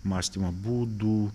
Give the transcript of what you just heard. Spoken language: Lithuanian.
mąstymo būdų